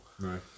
Right